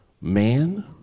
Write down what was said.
Man